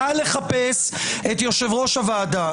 נא לחפש את יושב-ראש הוועדה.